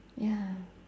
ya